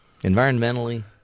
environmentally